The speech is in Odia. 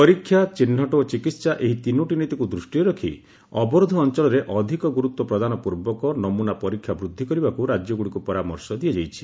ପରୀକ୍ଷା ଚିହ୍ନଟ ଓ ଚିକିତ୍ସା ଏହି ତିନୋଟି ନୀତିକୁ ଦୃଷ୍ଟିରେ ରଖି ଅବରୋଧ ଅଞ୍ଚଳରେ ଅଧିକ ଗୁରୁତ୍ୱ ପ୍ରଦାନ ପ୍ରର୍ବକ ନମୁନା ପରୀକ୍ଷା ବୃଦ୍ଧି କରିବାକୁ ରାଜ୍ୟଗୁଡ଼ିକୁ ପରାମର୍ଶ ଦିଆଯାଇଛି